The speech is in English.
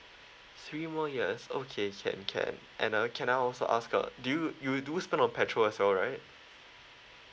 three more years okay can can and uh can I also ask uh do you you do spend on petrol as well right